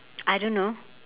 I don't know